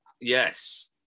Yes